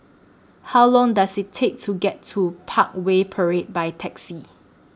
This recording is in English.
How Long Does IT Take to get to Parkway Parade By Taxi